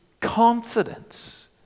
confidence